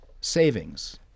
savings